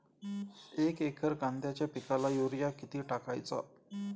एक एकर कांद्याच्या पिकाला युरिया किती टाकायचा?